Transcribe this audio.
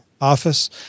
Office